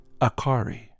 Akari